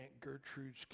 Gertrude's